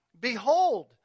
Behold